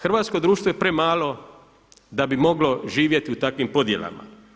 Hrvatsko društvo je premalo da bi moglo živjeti u takvim podjelama.